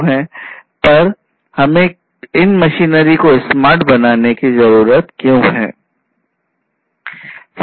पर क्यों हमें इन मशीनरी को स्मार्ट बनाने की ज़रुरत है